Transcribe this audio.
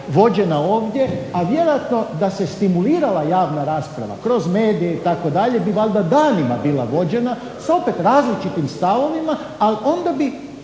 vođena ovdje, a vjerojatno da se stimulirala javna rasprava kroz medije itd. bi valjda danima bila vođena s opet različitim stavovima ali onda bi